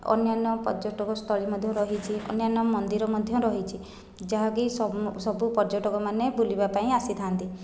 ଅନ୍ୟାନ୍ୟ ପର୍ଯ୍ୟଟକ ସ୍ଥଳୀ ମଧ୍ୟ ରହିଛି ଅନ୍ୟାନ୍ୟ ମନ୍ଦିର ମଧ୍ୟ ରହିଛି ଯାହାକି ସମୁ ସବୁ ପର୍ଯ୍ୟଟକମାନେ ବୁଲିବା ପାଇଁ ଆସିଥାନ୍ତି